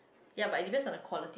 ya but it depends on the quality